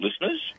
Listeners